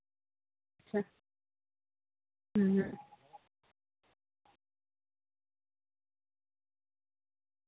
ᱟᱪᱪᱷᱟ ᱦᱩᱸ